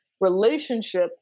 relationship